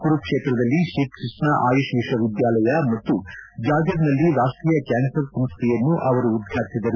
ಕುರುಕ್ಷೇತ್ರದಲ್ಲಿ ತ್ರೀಕೃಷ್ಣ ಆಯುಷ್ ವಿಶ್ವವಿದ್ಯಾಲಯ ಮತ್ತು ಜಾಜರ್ನಲ್ಲಿ ರಾಷ್ಟೀಯ ಕ್ಯಾನ್ಲರ್ ಸಂಸ್ಟೆಯನ್ನು ಉದ್ಘಾಟಿಸಿದರು